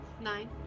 Nine